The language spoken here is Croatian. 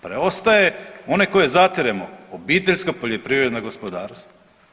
Preostaje one koje zatiremo obiteljska poljoprivredna gospodarstva.